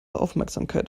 aufmerksamkeit